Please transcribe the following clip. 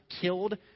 killed